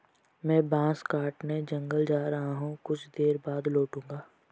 मैं बांस काटने जंगल जा रहा हूं, कुछ देर बाद लौटूंगा